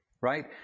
right